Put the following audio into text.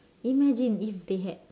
imagine if they had